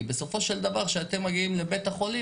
כי בסופו של דבר כשאתם מגיעים לבית החולים,